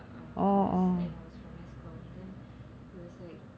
uh course ah and I was from mass communication then he was like